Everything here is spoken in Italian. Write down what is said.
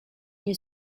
ogni